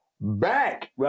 back